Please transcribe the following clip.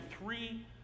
three